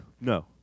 No